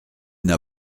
n’a